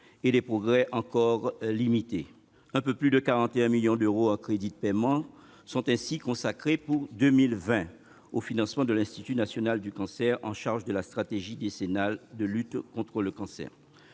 et les progrès encore limités. Un peu plus de 41 millions d'euros en crédits de paiement sont ainsi consacrés pour 2020 au financement de l'Institut national du cancer, chargé de la stratégie décennale de lutte contre le cancer.